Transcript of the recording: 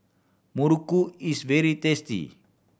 muruku is very tasty